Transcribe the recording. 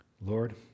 Lord